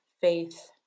faith